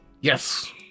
Yes